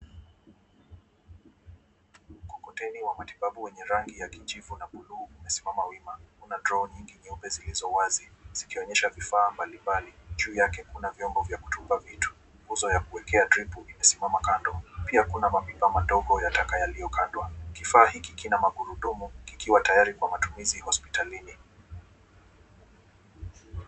Mkokoteni wa matibabu wenye rangi ya kijivu na buluu umesimama wima. Kuna drowa nyingi nyeupe zilizowazi zikionyesha vifaa mbalimbali. Juu yake kuna viombo vya kutumba vitu. Uzo ya kuwekea dripu, imesimama kando, pia kuna mavifaa madogo ya taka yaliyo kando. Kifaa hiki kina magurudumu, kikiwa tayari kwa matumizi hospitalini.